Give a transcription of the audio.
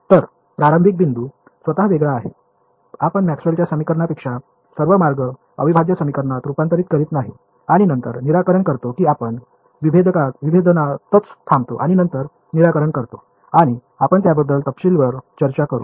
तर प्रारंभिक बिंदू स्वतः वेगळा आहे आपण मॅक्सवेलच्या समीकरणापेक्षा सर्व मार्ग अविभाज्य समीकरणात रूपांतरित करत नाही आणि नंतर निराकरण करतो की आपण विभेदनातच थांबतो आणि नंतर निराकरण करतो आणि आपण त्याबद्दल तपशीलवार चर्चा करू